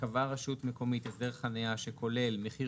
"קבעה רשות מקומית הסדר חנייה שכולל מחיר